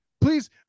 please